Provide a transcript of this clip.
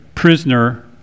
prisoner